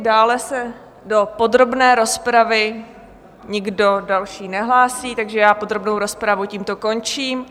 Dále se do podrobné rozpravy nikdo další nehlásí, takže tímto podrobnou rozpravu končím.